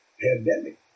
pandemic